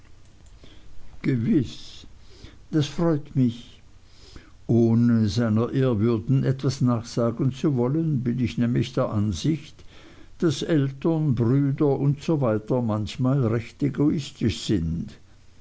gewiß das freut mich ohne seiner ehrwürden etwas nachsagen zu wollen bin ich nämlich der ansicht daß eltern brüder usw manchmal recht egoistisch sind